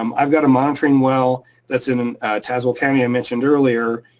um i've got a monitoring well that's in tazewell county, i mentioned earlier,